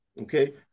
okay